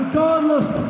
Regardless